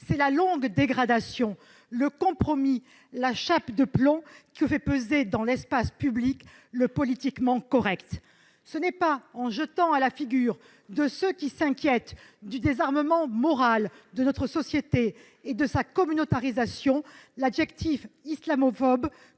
d'une longue dégradation, de compromis et de la chape de plomb que fait peser dans l'espace public le politiquement correct. Ce n'est pas en jetant à la figure de ceux qui s'inquiètent du désarmement moral de notre société et de sa communautarisation le qualificatif « islamophobe